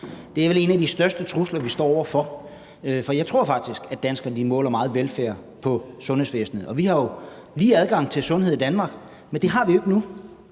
Det er vel en af de største trusler, vi står overfor. Jeg tror faktisk, at danskerne meget måler velfærd på sundhedsvæsenet. Vi har jo lige adgang til sundhed i Danmark, men det har vi ikke nu,